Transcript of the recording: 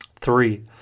Three